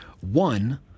one